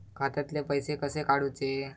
खात्यातले पैसे कसे काडूचे?